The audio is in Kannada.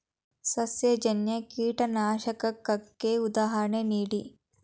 ಸಸ್ಯಜನ್ಯ ಕೀಟನಾಶಕಕ್ಕೆ ಉದಾಹರಣೆ ನೀಡಿ?